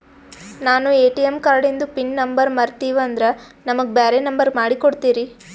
ನಾನು ಎ.ಟಿ.ಎಂ ಕಾರ್ಡಿಂದು PIN number ಮರತೀವಂದ್ರ ನಮಗ ಬ್ಯಾರೆ ನಂಬರ್ ಮಾಡಿ ಕೊಡ್ತೀರಿ?